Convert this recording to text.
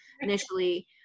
initially